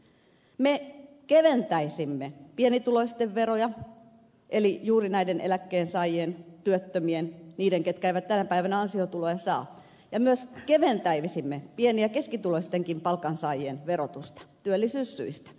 me keventäisimme pienituloisten veroja eli juuri näiden eläkkeensaajien työttömien niiden ketkä eivät tänä päivänä ansiotuloja saa ja myös keventäisimme pieni ja keskituloistenkin palkansaajien verotusta työllisyyssyistä